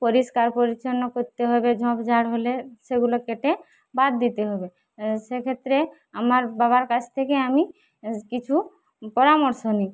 পরিষ্কার পরিচ্ছন্ন করতে হবে ঝোপঝাড় হলে সেগুলো কেটে বাদ দিতে হবে সেক্ষেত্রে আমার বাবার কাছ থেকে আমি কিছু পরামর্শ নিই